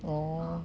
oh